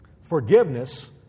Forgiveness